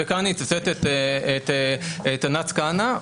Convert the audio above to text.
וכאן אני אצטט את תנ"צ כהנא,